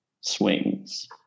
swings